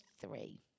three